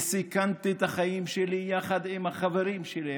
וסיכנתי את החיים שלי יחד עם החברים שלי,